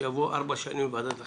שיבוא ארבע שנים לוועדת החינוך.